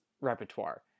repertoire